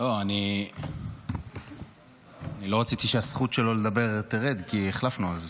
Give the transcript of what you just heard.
לא רציתי שהזכות שלו לדבר תרד כי החלפנו.